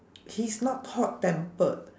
he's not hot-tempered